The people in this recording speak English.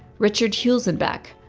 richard huelsenbeck,